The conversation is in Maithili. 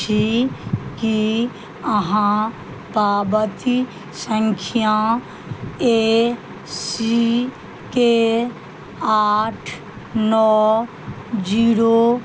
छी की अहाँ पाबती संख्या ए सी के आठ नओ जीरो